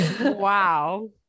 wow